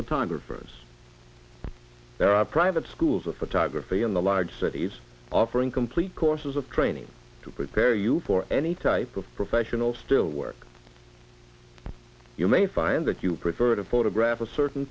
photographers there are private schools of photography in the large cities offering complete courses of training to prepare you for any type of professional still work you may find that you prefer to photograph a certain